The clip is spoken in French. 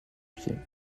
pied